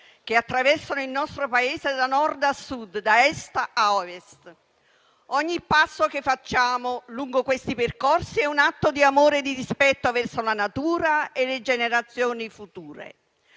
che attraversano il nostro Paese da Nord a Sud, da Est a Ovest. Ogni passo che facciamo lungo questi percorsi è un atto di amore e di rispetto verso la natura e le generazioni future,